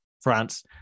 France